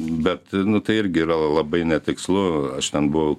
bet nu tai irgi yra labai netikslu aš ten buvau